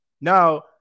now